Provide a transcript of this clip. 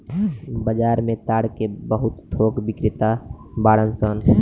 बाजार में ताड़ के बहुत थोक बिक्रेता बाड़न सन